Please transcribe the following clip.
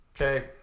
okay